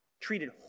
treated